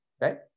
right